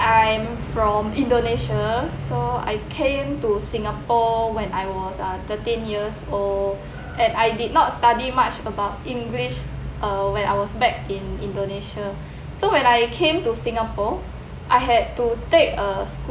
I am from indonesia so I came to singapore when I was uh thirteen years old and I did not study much about english uh when I was back in indonesia so when I came to singapore I had to take a